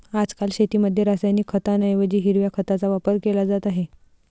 आजकाल शेतीमध्ये रासायनिक खतांऐवजी हिरव्या खताचा वापर केला जात आहे